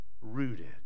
Rooted